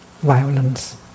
violence